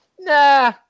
nah